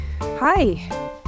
hi